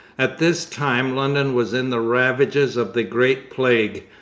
at this time london was in the ravages of the great plague,